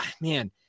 Man